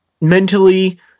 mentally